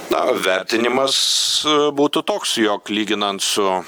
na vertinimas būtų toks jog lyginant su